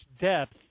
depth